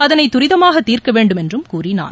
அதனை துரிதமாக தீர்க்க வேண்டும் என்றும் கூறினார்